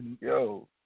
Yo